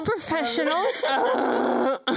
professionals